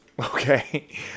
Okay